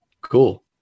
Cool